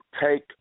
take